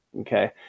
Okay